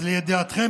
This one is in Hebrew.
אז לידיעתכם,